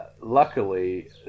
luckily